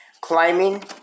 climbing